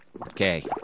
Okay